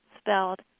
spelled